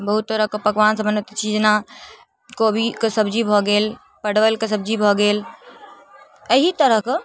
बहुत तरहके पकवान सब बनैत अछि जेना कोबीके सब्जी भऽ गेल परवलके सब्जी भऽ गेल अही तरहके